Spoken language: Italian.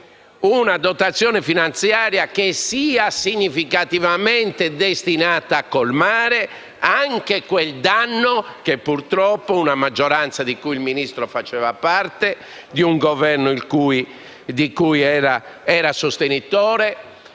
una dotazione finanziaria che sia significativamente destinata anche a colmare quel danno che purtroppo hanno creato una maggioranza di cui il Ministro faceva parte e un Governo di cui era sostenitore: